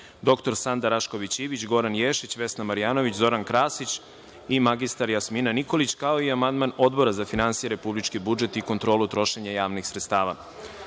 dr Sanda Rašković Ivić, Goran Ješić, Vesna Marjanović, Zoran Krasić i mr. Jasmina Nikolić, kao i amandman Odbora za finansije, republički budžet i kontrolu trošenja javnih sredstava. Primili